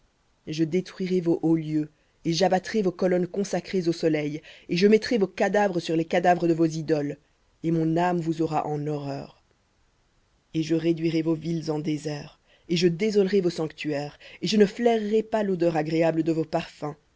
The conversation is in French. je détruirai vos hauts lieux et j'abattrai vos colonnes consacrées au soleil et je mettrai vos cadavres sur les cadavres de vos idoles et mon âme vous aura en horreur et je réduirai vos villes en déserts et je désolerai vos sanctuaires et je ne flairerai pas l'odeur agréable de vos parfums